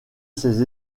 ses